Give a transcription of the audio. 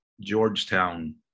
Georgetown